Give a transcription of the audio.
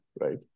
right